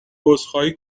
عذرخواهی